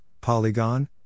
Polygon